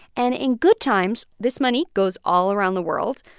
and in good times, this money goes all around the world.